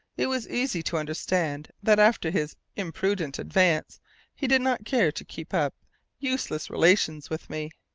it was easy to understand that after his imprudent advance he did not care to keep up useless relations with me.